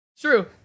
true